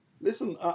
listen